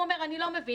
הוא אומר: אני לא מבין,